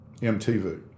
MTV